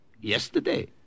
Yesterday